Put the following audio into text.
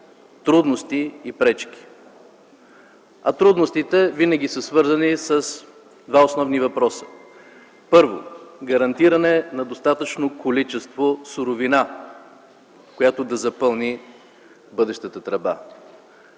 трудности и пречки. Трудностите винаги са свързани с два основни въпроса. Първо, гарантиране на достатъчно количество суровина, която да запълни бъдещата тръба.